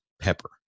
pepper